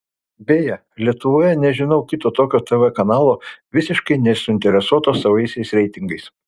beje lietuvoje nežinau kito tokio tv kanalo visiškai nesuinteresuoto savaisiais reitingais